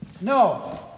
No